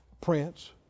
prince